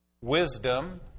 wisdom